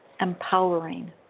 empowering